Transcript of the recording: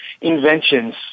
inventions